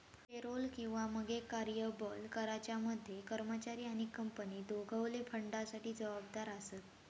payroll किंवा मगे कर्यबल कराच्या मध्ये कर्मचारी आणि कंपनी दोघवले फंडासाठी जबाबदार आसत